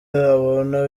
ubona